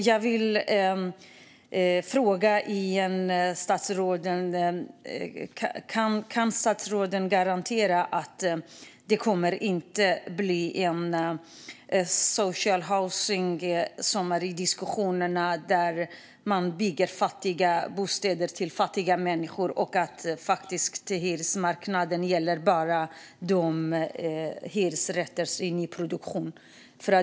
Jag vill fråga statsrådet igen: Kan statsrådet garantera att det inte kommer att bli social housing, där man bygger dåliga bostäder till fattiga människor, och att marknadshyra bara gäller hyresrätter i nyproduktion?